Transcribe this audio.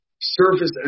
surface